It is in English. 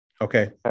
Okay